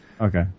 Okay